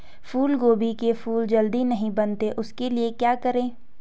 फूलगोभी के फूल जल्दी नहीं बनते उसके लिए क्या करें?